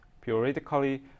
periodically